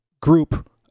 group